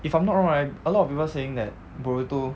if I'm not wrong right a lot of people saying that boruto